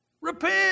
Repent